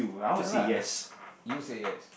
ya lah you say yes